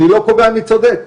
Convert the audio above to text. אני לא קובע מי צודק,